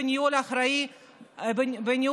בניהול האחראי שלנו,